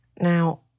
Now